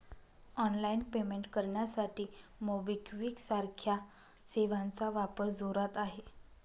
online payment करण्यासाठी MobiKwik सारख्या सेवांचा वापर जोरात आहे